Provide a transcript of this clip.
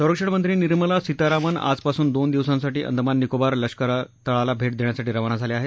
संरक्षणमंत्री निर्मला सीतारामन आजपासून दोन दिवसांसाठी अंदमान निकोबार लष्कर तळाला भेट देण्यासाठी रवाना झाल्या आहेत